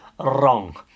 wrong